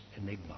enigma